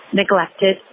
neglected